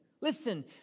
Listen